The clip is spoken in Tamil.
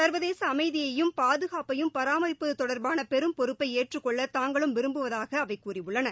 சர்வதேச அமைதியையும் பாதுகாப்பையும் பராமரிப்பது தொடர்பான பெரும் பொறுப்பை ஏற்றுக்கொள்ள தாங்களும் விரும்புவதாக அவை கூறியுள்ளன